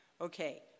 Okay